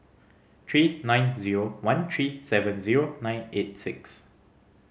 three nine zero one three seven zero nine eight six